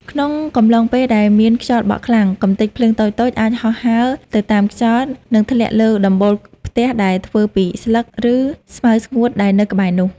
ក្នុងកំឡុងពេលដែលមានខ្យល់បក់ខ្លាំង កម្ទេចភ្លើងតូចៗអាចហោះហើរទៅតាមខ្យល់ និងធ្លាក់លើដំបូលផ្ទះដែលធ្វើពីស្លឹក ឬស្មៅស្ងួតដែលនៅក្បែរនោះ។